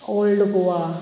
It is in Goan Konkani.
ओल्ड गोवा